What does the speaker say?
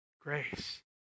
grace